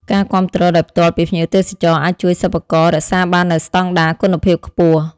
ការគាំទ្រដោយផ្ទាល់ពីភ្ញៀវទេសចរអាចជួយសិប្បករ រក្សាបាននូវស្តង់ដារ គុណភាពខ្ពស់។